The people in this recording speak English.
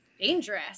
dangerous